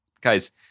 guys